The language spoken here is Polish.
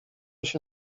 się